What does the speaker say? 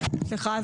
סליחה,